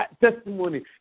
testimony